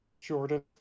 Jordan